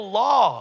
law